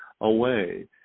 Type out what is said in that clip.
away